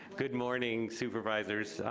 good morning, supervisors,